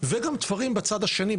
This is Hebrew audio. וגם תפרים בצד השני,